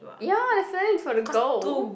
ya definitely for the girl